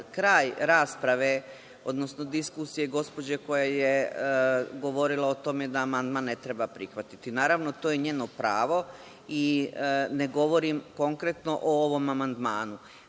kraj rasprave, odnosno diskusije gospođe koja je govorila o tome da amandman ne treba prihvatiti. Naravno, to je njeno pravo i ne govorim konkretno o ovom amandmanu,